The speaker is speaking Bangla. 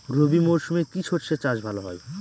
রবি মরশুমে কি সর্ষে চাষ ভালো হয়?